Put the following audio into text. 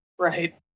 right